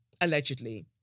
allegedly